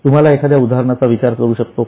तुम्ही एखाद्या उदाहरणाचा विचार करू शकता का